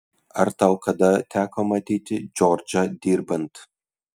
ar tau kada teko matyti džordžą dirbant